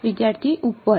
વિદ્યાર્થી ઉપર